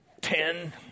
ten